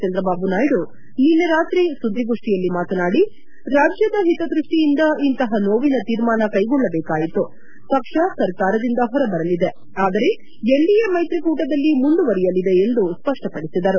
ಚಂದ್ರಬಾಬು ನಾಯ್ನು ನಿನ್ನೆ ರಾತ್ರಿ ಸುದ್ಗೋಷ್ಠಿಯಲ್ಲಿ ಮಾತನಾಡಿ ರಾಜ್ಯದ ಹಿತದೃಷ್ಷಿಯಿಂದ ಇಂತಹ ನೋವಿನ ತೀರ್ಮಾನ ಕೈಗೊಳ್ಳಬೇಕಾಯಿತು ಪಕ್ಷ ಸರ್ಕಾರದಿಂದ ಹೊರಬರಲಿದೆ ಆದರೆ ಎನ್ಡಿಎ ಮೈತ್ರಿಕೂಟದಲ್ಲಿ ಮುಂದುವರಿಯಲಿದೆ ಎಂದು ಸ್ಪಷ್ಷಪಡಿಸಿದರು